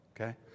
Okay